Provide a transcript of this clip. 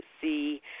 see